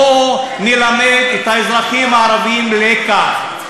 בואו נלמד את האזרחים הערבים לקח.